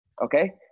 Okay